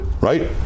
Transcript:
right